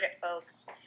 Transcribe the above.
folks